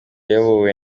yayobowe